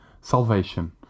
salvation